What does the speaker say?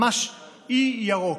ממש אי ירוק.